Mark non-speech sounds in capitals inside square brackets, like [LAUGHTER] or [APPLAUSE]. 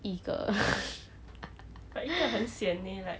一个 [LAUGHS]